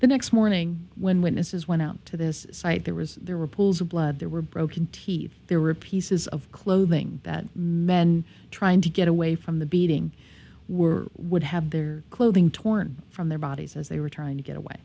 the next morning when witnesses went out to this site there was there were pools of blood there were broken teeth there were pieces of clothing that men trying to get away from the beating were would have their clothing torn from their bodies as they were trying to get away